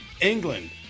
England